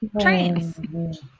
Trains